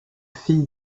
fille